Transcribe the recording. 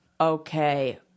okay